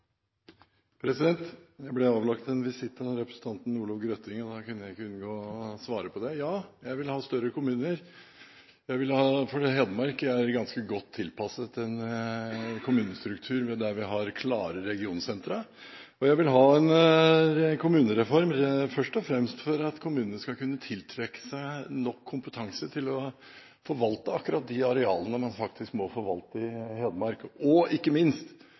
Jeg ble avlagt en visitt av representanten Olov Grøtting, og da kunne jeg ikke unnlate å svare på det. Ja, jeg vil ha større kommuner. I Hedmark har vi en ganske godt tilpasset struktur med klare regionsentre. Jeg vil ha en kommunereform først og fremst for at kommunene skal kunne tiltrekke seg nok kompetanse til å forvalte akkurat de arealene man faktisk må forvalte i Hedmark, og ikke minst